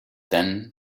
then